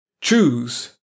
Choose